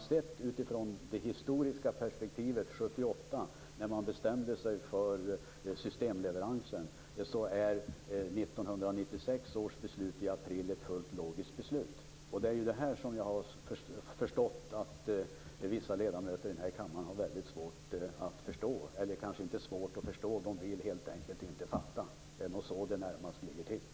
Sett utifrån det historiska perspektivet 1978, när man bestämde sig för systemleveransen, är 1996 års beslut i april ett fullt logiskt beslut. Det är detta som jag har förstått att vissa ledamöter i denna kammare har svårt att förstå. De kanske inte har svårt att förstå, utan de vill helt enkelt inte fatta. Det är nog så det närmast ligger till.